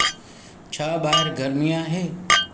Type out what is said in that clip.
छा ॿाहिरि गरमी आहे